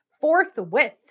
forthwith